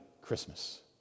Christmas